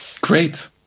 great